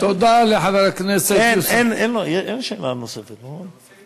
תודה לחבר הכנסת יוסף, אין שאלה נוספת, לא?